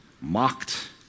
mocked